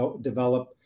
develop